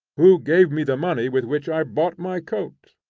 who gave me the money with which i bought my coat?